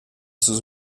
sus